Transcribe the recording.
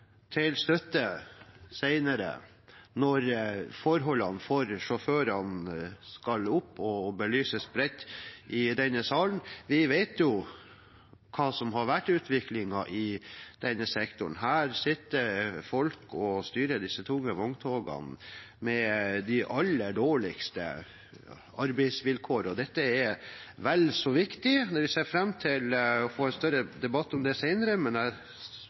til støtte senere når forholdene for sjåførene skal opp og belyses bredt i denne sal. Vi vet jo hva som har vært utviklingen i denne sektoren. Her sitter det folk og styrer disse tunge vogntogene under de aller dårligste arbeidsvilkår, og dette er vel så viktig. Vi ser fram til å få en større debatt om det senere, men jeg